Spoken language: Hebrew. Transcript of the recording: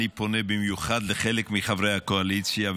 אני פונה במיוחד לחלק מחברי הקואליציה,